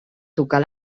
tocar